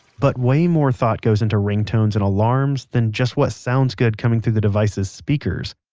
but way more thought goes into ringtones and alarms than just what sounds good coming through the device's speakers.